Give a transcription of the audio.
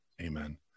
amen